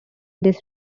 this